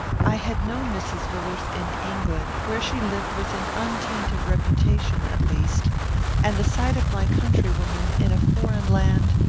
i had known mrs. villars in england, where she lived with an untainted reputation, at least and the sight of my countrywoman, in a foreign land,